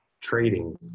trading